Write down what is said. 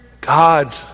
God